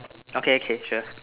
okay okay sure